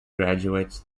graduates